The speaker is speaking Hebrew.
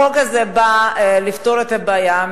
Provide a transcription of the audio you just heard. החוק הזה בא לפתור את הבעיה,